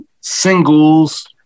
singles